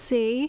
See